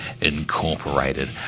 Incorporated